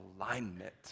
alignment